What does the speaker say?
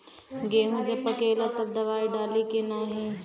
गेहूँ जब पकेला तब दवाई डाली की नाही?